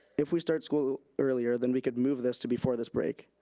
if we start school earlier then we could move this to before this break.